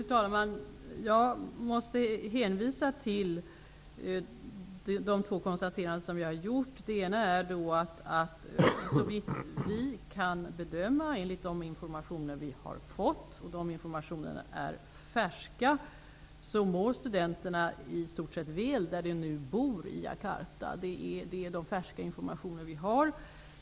Fru talman! Jag måste hänvisa till de två konstateranden jag har gjort. Det ena gäller att studenterna såvitt vi kan bedöma enligt de informationer vi har fått i stort sett mår väl där de nu bor i Jakarta. Dessa informationer är färska.